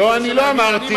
לא, אני לא אמרתי.